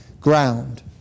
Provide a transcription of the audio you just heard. ground